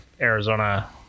arizona